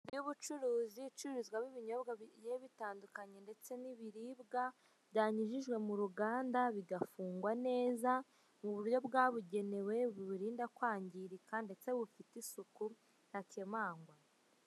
Y'ubucuruzi ibicuruururizwamo ibinyobwa bigiye bitandukanye ndetse n'ibiribwa byanyujijwe mu ruganda bigafungwa neza mu buryo bwabugenewe bubirinda kwangirika ndetse bufite isuku ntakemangwa.